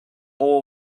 all